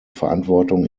verantwortung